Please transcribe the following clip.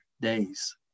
days